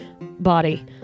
body